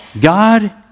God